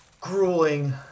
grueling